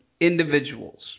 individuals